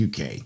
UK